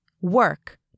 work